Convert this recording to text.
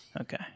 Okay